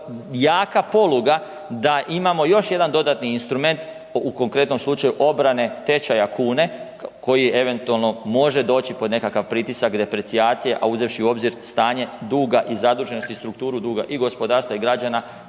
jaka poluga da imamo još jedan dodatni instrument u konkretnom slučaju obrane tečaja kune koji eventualno može doći pod nekakav pritisak deprecijacije, a uzevši u obzir stanje duga i zaduženosti i strukturu duga i gospodarstva i građana